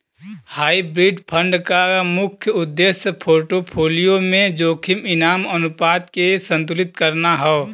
hybrid fund क मुख्य उद्देश्य पोर्टफोलियो में जोखिम इनाम अनुपात के संतुलित करना हौ